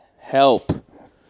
Help